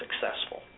successful